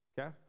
Okay